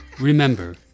Remember